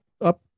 up